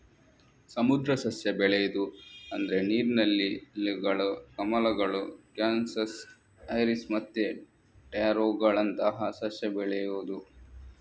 ಸಮುದ್ರ ಸಸ್ಯ ಬೆಳೆಯುದು ಅಂದ್ರೆ ನೀರಿನ ಲಿಲ್ಲಿಗಳು, ಕಮಲಗಳು, ಕ್ಯಾನಸ್, ಐರಿಸ್ ಮತ್ತೆ ಟ್ಯಾರೋಗಳಂತಹ ಸಸ್ಯ ಬೆಳೆಯುದು